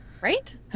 right